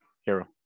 Hero